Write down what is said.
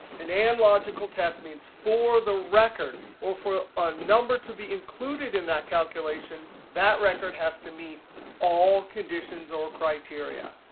an and logical test means for the record or for a number to be included in that calculation, that record has to meet all conditions or criteria.